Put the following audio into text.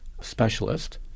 specialist